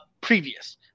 previous